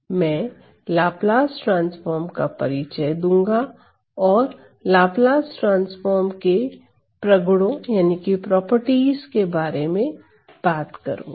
मैं Laplace transform का परिचय दूंगा और लाप्लास ट्रांसफार्म के प्रगुणो के बारे में बात करूंगा